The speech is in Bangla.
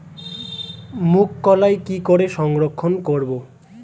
মুঘ কলাই কি করে সংরক্ষণ করব?